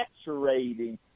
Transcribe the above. saturating